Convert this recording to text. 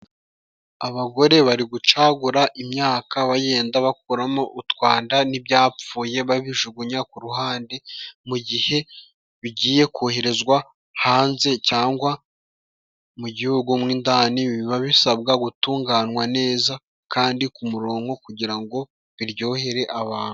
Abagore bari gucagura imyenda bagenda bakuramo utwanda, n'ibyapfuye babijugunya ku ruhande mu gihe bigiye koherezwa hanze, cyangwa mu gihugu nk'indani, biba bisabwa gutunganywa neza kandi ku murongo kugira ngo biryohere abantu.